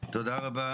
תודה רבה